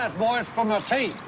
ah boys, for my tea.